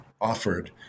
offered